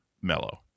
mellow